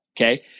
okay